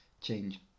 change